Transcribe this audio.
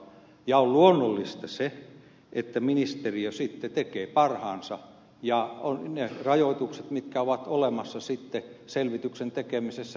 ja on luonnollista että ministeriö sitten tekee parhaansa ja ne rajoitukset mitkä ovat olemassa sitten selvityksen tekemisessä ne ovat